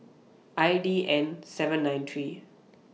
I D N seven nine three